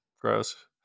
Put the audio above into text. Gross